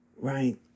right